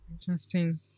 Interesting